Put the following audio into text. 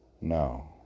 no